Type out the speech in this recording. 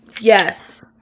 yes